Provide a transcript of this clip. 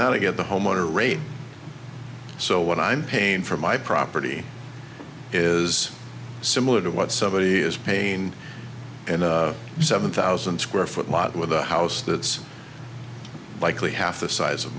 rate so what i'm paying for my property is similar to what somebody is pain and seven thousand square foot lot with a house that's likely half the size of